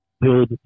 build